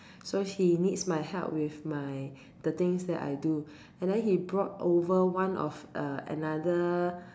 so he needs my help with my the things that I do and then he brought over one of uh another